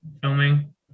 filming